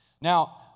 Now